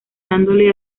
dándole